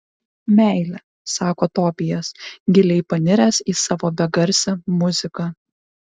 meilė sako tobijas giliai paniręs į savo begarsę muziką